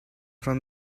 from